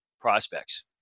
prospects